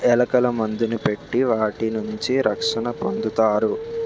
ఎలకల మందుని పెట్టి వాటి నుంచి రక్షణ పొందుతారు